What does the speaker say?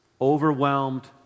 overwhelmed